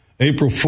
April